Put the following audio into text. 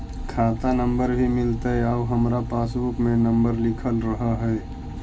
खाता नंबर भी मिलतै आउ हमरा पासबुक में नंबर लिखल रह है?